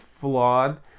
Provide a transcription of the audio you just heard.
flawed